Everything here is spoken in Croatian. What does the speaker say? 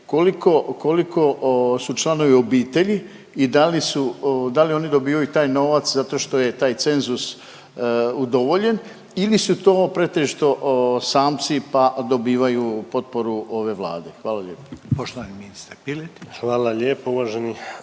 ukoliko su članovi obitelji i da li su, da li oni dobivaju taj novac zato što je taj cenzus udovoljen ili su to pretežito samci pa dobivaju potporu ove Vlade. Hvala lijepo.